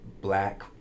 black